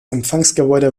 empfangsgebäude